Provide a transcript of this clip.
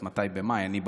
אני ב-1 במאי.